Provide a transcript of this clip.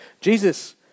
Jesus